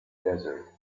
desert